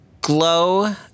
glow